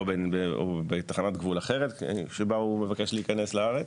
או בתחנת גבול אחרת שבה הוא מבקש להיכנס לארץ,